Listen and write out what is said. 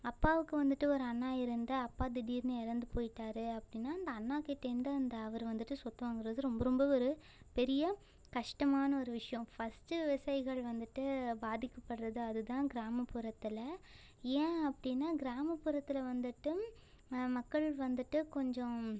அப்பாவுக்கு வந்துட்டு ஒரு அண்ணா இருந்து அப்பா திடீர்னு இறந்து போயிட்டார் அப்படினா இந்த அண்ணாகிட்டேருந்து அந்த அவர் வந்துட்டு சொத்து வாங்குறது ரொம்ப ரொம்ப ஒரு பெரிய கஷ்டமான ஒரு விஷயம் ஃபர்ஸ்ட்டு விவசாயிகள் வந்துட்டு பாதிக்கப்படுகிறது அது தான் கிராமப்புறத்தில் ஏன் அப்படினா கிராமப்புறத்தில் வந்துட்டு மக்கள் வந்துட்டு கொஞ்சம்